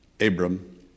Abram